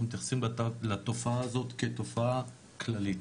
מתייחסים לתופעה הזאת כתופעה כללית.